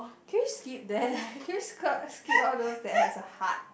can you skip that can you sk~ skip all those that has a hard